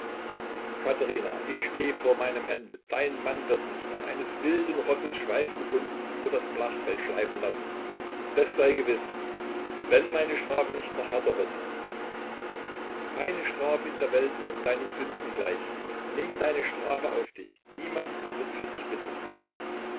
katherina ich steh vor meinem ende dein mann wird mich an eines wilden rosses schweif gebunden über das blachfeld schleifen lassen des sei gewiß wenn meine strafe nicht noch härter wird keine strafe in der welt kommt deinen sünden gleich nimm deine strafe auf dich niemand wird für dich bitten